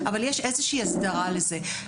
אבל יש איזה שהיא הסדרה לזה.